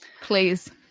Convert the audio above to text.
Please